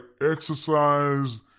exercise